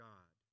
God